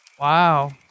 Wow